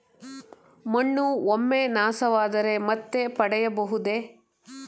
ಮಣ್ಣು ಒಮ್ಮೆ ನಾಶವಾದರೆ ಮತ್ತೆ ಪಡೆಯಬಹುದೇ?